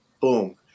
boom